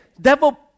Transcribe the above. devil